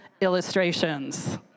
illustrations